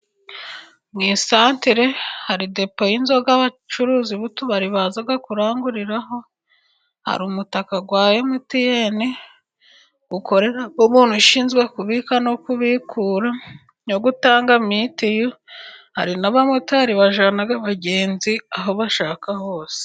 Mu isatere hari depo y'inzoga abacuruzi b'utubari baza kuranguriraho, hari umutaka wa emutiyene w'umuntu ushinzwe kubika no kubikura, no gutanga amayinite, hari n'abamotari bajyana abagenzi aho bashaka hose.